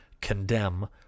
condemn